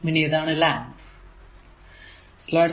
പിന്നെ ഇതാണ് ലാമ്പ്